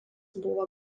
buvo